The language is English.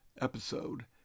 episode